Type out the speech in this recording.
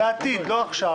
לעתיד לא עכשיו,